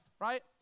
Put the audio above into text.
right